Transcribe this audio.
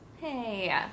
hey